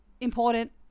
important